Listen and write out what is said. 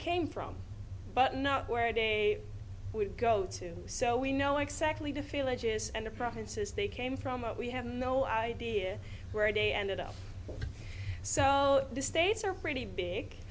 came from but not where they would go to so we know exactly to feel edges and the promises they came from we have no idea where they ended up so the states are pretty big